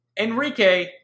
Enrique